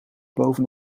boven